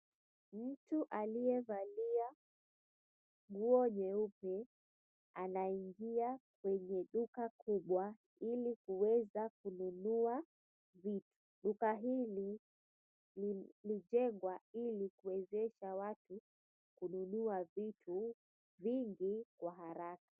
Mtu aliyevalia nguo nyeupe anaingia kwenye duka kubwa ili kuweza kununua vitu. Duka hili lilijengwa ili kuwezesha watu kununua vitu vingi kwa haraka.